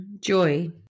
Joy